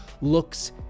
looks